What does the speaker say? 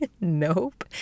Nope